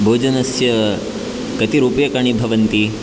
भोजनस्य कति रुप्यकाणि भवन्ति